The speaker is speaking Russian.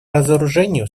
разоружению